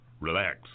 Relax